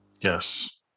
Yes